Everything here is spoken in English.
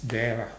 there lah